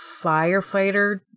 firefighter